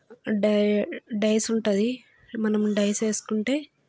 die dice ఉంటుంది మనము dice వేసుకుంటే